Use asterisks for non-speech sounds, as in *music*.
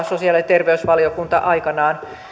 *unintelligible* sosiaali ja terveysvaliokunta aikanaan